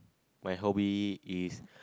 my hobby is